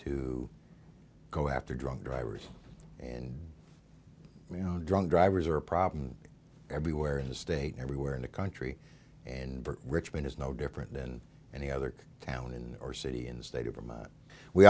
to go after drunk drivers and you know drunk drivers are a problem everywhere in the state everywhere in the country and richmond is no different than any other town in our city and state of vermont we